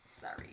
Sorry